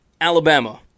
Alabama